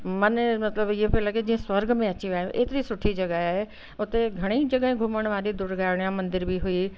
मनु मतिलबु इहो पियो लॻे जीअं स्वर्ग में अची विया आहियूं एतिरी सुठी जॻहि आहे उते घणेई जॻहि घुमणु वारी दुर्गियाना मंदर बि हुई